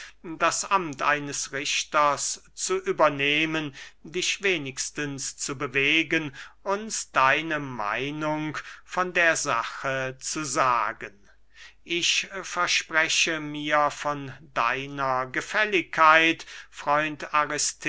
das amt eines richters zu übernehmen dich wenigstens zu bewegen uns deine meinung von der sache zu sagen ich verspreche mir von deiner gefälligkeit freund